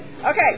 Okay